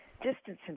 distance